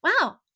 wow